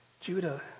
Judah